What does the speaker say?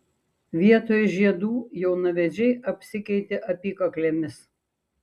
vietoj žiedų jaunavedžiai apsikeitė apykaklėmis